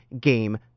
Game